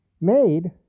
made